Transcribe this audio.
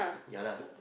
yeah lah